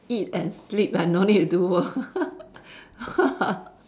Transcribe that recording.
eat and sleep ah no need to do work